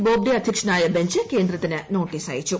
ബോബ്ഡെ അധ്യക്ഷനായ ബെഞ്ച് കേന്ദ്രത്തിന് നോട്ടീസ് അയച്ചു